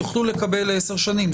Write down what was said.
יוכלו לקבל לעשר שנים,